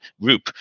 group